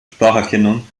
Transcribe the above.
spracherkennung